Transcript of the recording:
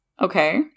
Okay